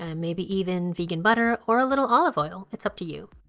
and maybe even vegan butter or a little olive oil. it's up to you.